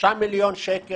שלושה מיליון שקל,